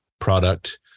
product